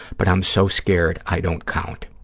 but i'm so scared i don't count.